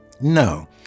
No